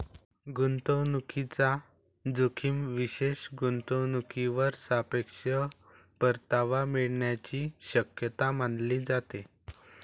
गुंतवणूकीचा जोखीम विशेष गुंतवणूकीवर सापेक्ष परतावा मिळण्याची शक्यता मानली जाते